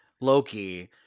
Loki